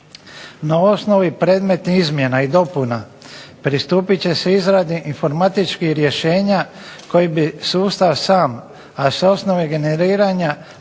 Na osnovi predmetnih izmjena i dopuna pristupit će se izradi informatičkih rješenja koji bi sustav samo, a s osnove generiranja